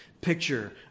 picture